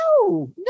no